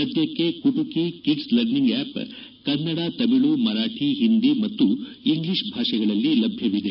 ಸದ್ದಕ್ಕೆ Kutuki kids learning ಆಶ್ ಕನ್ನಡ ತಮಿಳು ಮರಾಠಿ ಹಿಂದಿ ಮತ್ತು ಇಂಗ್ಲಿಷ್ ಭಾಷೆಗಳಲ್ಲಿ ಲಭ್ಯವಿದೆ